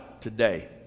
today